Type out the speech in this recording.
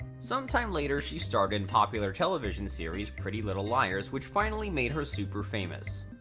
sometime later she starred in popular television series pretty little liars which finally made her super famous.